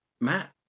Matt